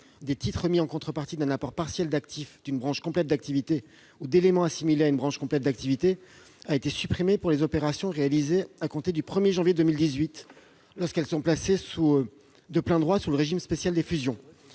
des titres remis en contrepartie d'un apport partiel d'actif d'une branche complète d'activité, une BCA, ou d'éléments assimilés à une BCA a été supprimé pour les opérations réalisées à compter du 1 janvier 2018, lorsqu'elles sont placées de plein droit sous le régime spécial des fusions.